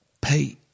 pay